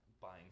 buying